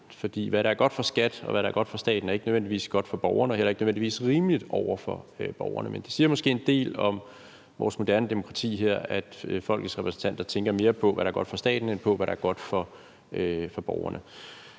for hvad der er godt for skattevæsenet, og hvad der er godt for staten, er ikke nødvendigvis godt for borgerne og heller ikke nødvendigvis rimeligt over for borgerne. Men det siger måske en del om vores moderne demokrati her, at folkets repræsentanter tænker mere på, hvad der er godt for staten, end på, hvad der er godt for borgerne.